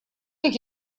как